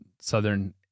southern